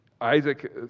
Isaac